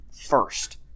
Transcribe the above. first